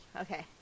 okay